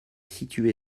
située